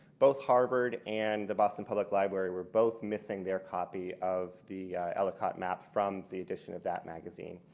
both harvard and the boston public library were both missing their copy of the ellicott maps from the addition of that magazine.